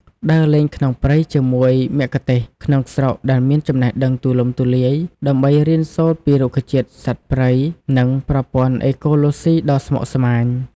ដើរលេងក្នុងព្រៃជាមួយមគ្គុទ្ទេសក៍ក្នុងស្រុកដែលមានចំណេះដឹងទូលំទូលាយ ដើម្បីរៀនសូត្រពីរុក្ខជាតិ សត្វព្រៃ និងប្រព័ន្ធអេកូឡូស៊ីដ៏ស្មុគស្មាញ។